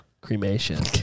cremation